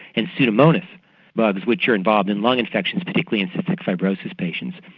and pseudomonas bugs which are involved in lung infection, particularly in cystic fibrosis patients.